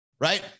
right